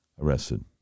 arrested